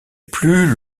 plus